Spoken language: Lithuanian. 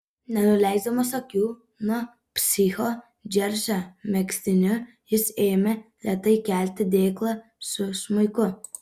nenuleisdamas akių nuo psicho džersio megztiniu jis ėmė lėtai kelti dėklą su smuiku